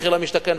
מחיר למשתכן,